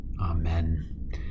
Amen